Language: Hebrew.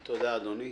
תודה, אדוני.